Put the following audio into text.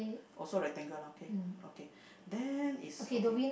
also rectangle lah okay okay then it's okay